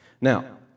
Now